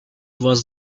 was